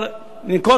הדוגמה